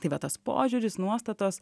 tai va tas požiūris nuostatos